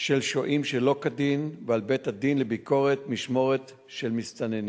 של שוהים שלא כדין ועל בית-הדין לביקורת משמורת של מסתננים.